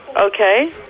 Okay